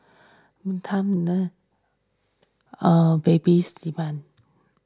time none babies demand